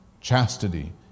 chastity